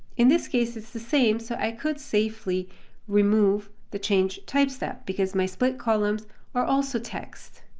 in this case, it's the same, so i could safely remove the changed type step, because my split columns are also text.